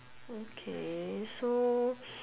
okay so